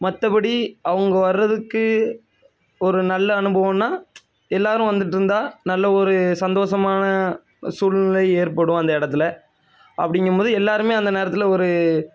மற்றபடி அவங்க வரதுக்கு ஒரு நல்ல அனுபவோன்னால் எல்லோரும் வந்துட்டிருந்தா நல்ல ஒரு சந்தோஷமான சூழ்நிலை ஏற்படும் அந்த இடத்துல அப்படிங்கும்போது எல்லோருமே அந்த நேரத்தில் ஒரு